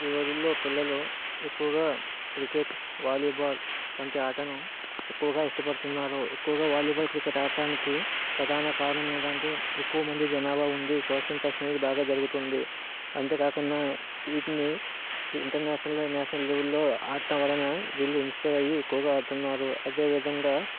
ఈరోజుల్లో పిల్లలు ఎక్కువగా క్రికెట్ వాలీబాల్ వంటి ఆటను ఎక్కువగా ఇష్టపడుతున్నారు ఎక్కువగా వాలీబాల్ క్రికెట్ ఆడటానికి ప్రధాన కారణం ఏంటి అంటే ఎక్కువ మంది జనాభా ఉండి సోషల్ ఇంట్రెస్ట్ అనేది బాగా జరుగుతుంది అంతేకాకుండా వీటిని ఇంటర్నేషనల్ అండ్ నేషనల్ లెవెల్లో ఆడటం వలన వీళ్ళు ఇన్స్పైర్ అయ్యి ఎక్కువగా ఆడుతున్నారు అదేవిధంగా